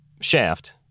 shaft